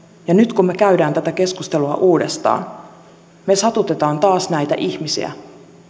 ja nyt kun me käymme tätä keskustelua uudestaan me satutamme taas näitä ihmisiä